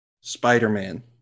Spider-Man